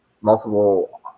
multiple